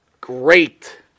great